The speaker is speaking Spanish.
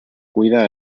cuida